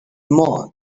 more